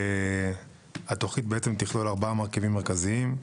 התוכנית תכלול ארבעה מרכיבים מרכזיים.